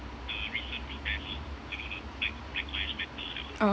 oh